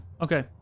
Okay